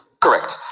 Correct